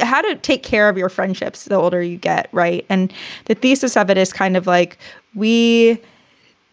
how to take care of your friendships the older you get. right. and the thesis of it is kind of like we